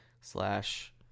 slash